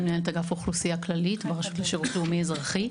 אני מנהלת אגף אוכלוסייה כללית ברשות לשירות הלאומי-אזרחי.